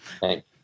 Thanks